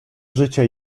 życie